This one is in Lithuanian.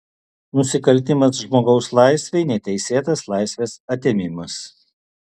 nusikaltimas žmogaus laisvei neteisėtas laisvės atėmimas